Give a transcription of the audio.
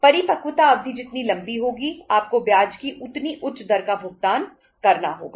परिपक्वता अवधि जितनी लंबी होगी आपको ब्याज की उतनी उच्च दर का भुगतान करना होगा